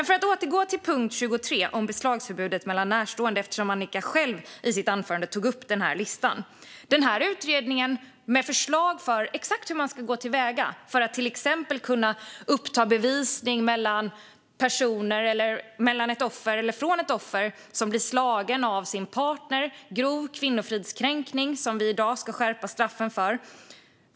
För att återgå till punkt 23 om beslagsförbudet mellan närstående, eftersom Annika själv i sitt anförande tog upp listan, har utredningen förslag om exakt hur man ska gå till väga för att till exempel kunna uppta bevisning mellan personer eller från ett offer som blir slagen av sin partner. Det är grov kvinnofridskränkning som vi i dag ska skärpa straffen för.